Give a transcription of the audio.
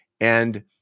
And-